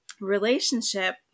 relationship